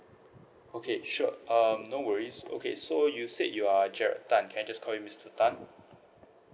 okay sure um no worries okay so you said you are jared tan can I just call you mister tan